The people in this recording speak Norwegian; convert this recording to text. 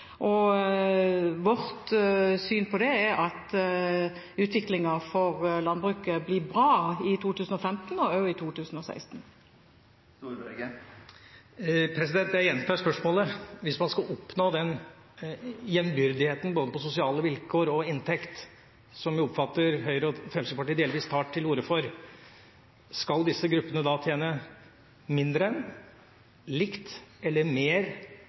Vårt syn på det er at utviklingen for landbruket blir bra i 2015 og også i 2016. Jeg gjentar spørsmålet. Hvis man skal oppnå den jevnbyrdigheten når det gjelder både sosiale vilkår og inntekt, som jeg oppfatter Høyre og Fremskrittspartiet delvis tar til orde for, skal disse gruppene da tjene mindre enn, like mye som eller mer